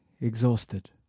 exhausted